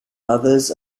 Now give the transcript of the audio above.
others